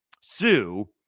sue